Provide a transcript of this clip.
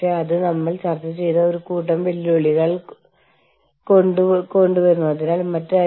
അതായത് ഇത് നിരവധി സൂക്ഷ്മമായ രീതികളിൽ ആവർത്തിക്കുന്ന ഒരേ പോയിന്റാണ്